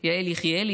יעל יחיאלי,